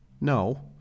No